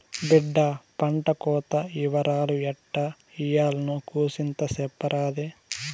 బిడ్డా పంటకోత ఇవరాలు ఎట్టా ఇయ్యాల్నో కూసింత సెప్పరాదే